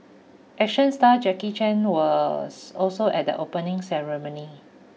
action star Jackie Chan was also at the opening ceremony